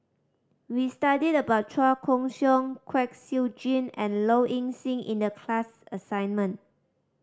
we studied about Chua Koon Siong Kwek Siew Jin and Low Ing Sing in the class assignment